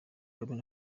kagame